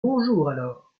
bonjour